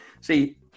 See